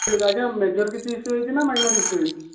ଆଜ୍ଞା ମେଜର୍ କିଛି ଇସୁ ହୋଇଛି ନା ମାଇନର୍ ଇସୁ ହୋଇଛି